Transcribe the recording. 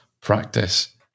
practice